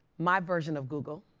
my version of google